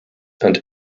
and